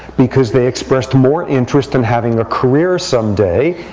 because they expressed more interest in having a career some day.